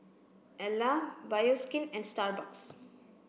Elle Bioskin and Starbucks